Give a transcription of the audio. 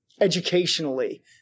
educationally